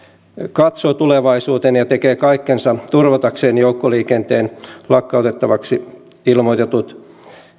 katsoo tulevaisuuteen ja tekee kaikkensa turvatakseen joukkoliikenteen lakkautettavaksi ilmoitetut